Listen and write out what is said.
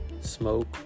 smoke